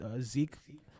Zeke